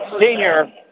Senior